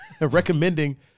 recommending